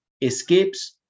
escapes